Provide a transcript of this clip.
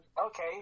okay